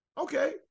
Okay